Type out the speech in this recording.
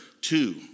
two